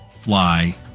fly